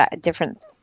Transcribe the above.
different